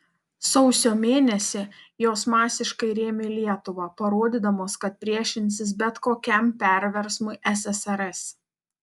sausio mėnesį jos masiškai rėmė lietuvą parodydamos kad priešinsis bet kokiam perversmui ssrs